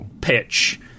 pitch